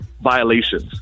violations